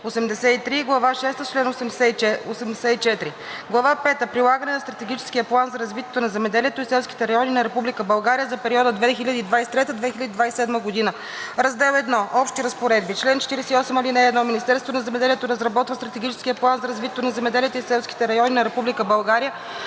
шеста с чл. 84: „Глава пета Прилагане на Стратегическия план за развитието на земеделието и селските райони на Република България за периода 2023 – 2027 г. Раздел I – Общи разпоредби Чл. 48. (1) Министерството на земеделието разработва Стратегическия план за развитието на земеделието и селските райони на Република